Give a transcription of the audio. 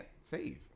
save